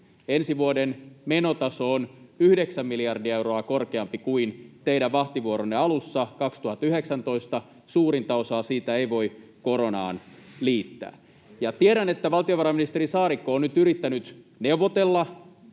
Ensi vuoden menotaso on 9 miljardia euroa korkeampi kuin teidän vahtivuoronne alussa 2019. Suurinta osaa siitä ei voi koronaan liittää. Tiedän, että valtiovarainministeri Saarikko on nyt yrittänyt neuvotella